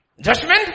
Judgment